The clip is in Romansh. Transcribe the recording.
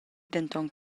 denton